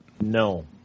No